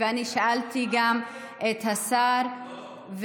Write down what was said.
ושאלתי גם את השר,